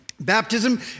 Baptism